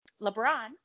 LeBron